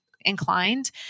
inclined